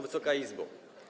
Wysoka Izbo!